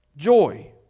Joy